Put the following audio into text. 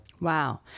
Wow